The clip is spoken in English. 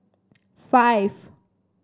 five